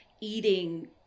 eating